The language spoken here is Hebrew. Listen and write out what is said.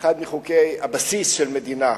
אחד מחוקי הבסיס של מדינה.